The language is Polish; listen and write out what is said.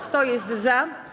Kto jest za?